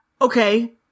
okay